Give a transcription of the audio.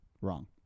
Wrong